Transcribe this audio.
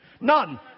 None